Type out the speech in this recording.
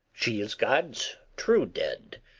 she is god's true dead,